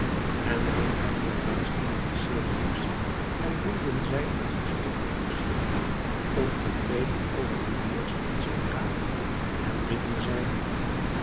en rondom hem raasden de mykenæërs en woelden zij als een stormende zee ontevreden over hun vorst en zijn raad en riepen zij